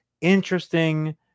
interesting